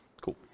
Cool